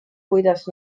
kuidas